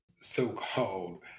so-called